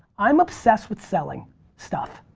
i'm obsessed with selling stuff.